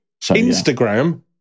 Instagram